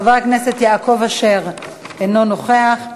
חבר הכנסת יעקב אשר, אינו נוכח.